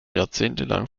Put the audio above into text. jahrzehntelang